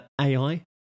AI